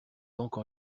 banque